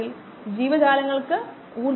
നിങ്ങൾക്ക് അത് പരിഹരിക്കാൻ കഴിയും